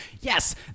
Yes